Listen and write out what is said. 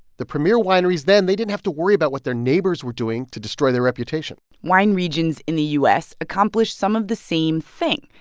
the premier wineries then, they didn't have to worry about what their neighbors were doing to destroy their reputation wine regions in the u s. accomplished some of the same thing.